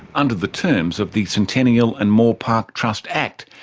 under the terms of the centennial and moore park trust act,